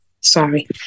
sorry